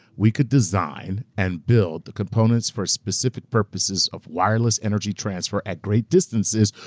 we could design and build the components for specific purposes of wireless energy transfer at great distances.